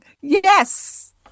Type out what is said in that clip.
Yes